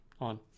on